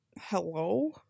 hello